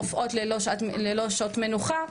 רופאות ללא שעות מנוחה,